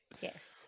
Yes